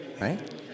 right